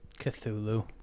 Cthulhu